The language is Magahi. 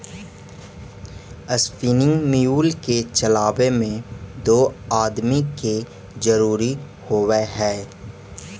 स्पीनिंग म्यूल के चलावे में दो आदमी के जरुरी होवऽ हई